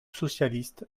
socialiste